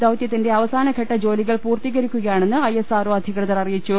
ദൌതൃത്തിന്റെ അവസാനഘട്ട ജോലി കൾ പൂർത്തീകരിക്കുകയാണ്ണെന്ന് ഐഎസ്ആർഒ അധികൃതർ അറിയിച്ചു